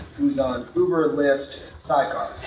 who's on uber, lyft, sidecar.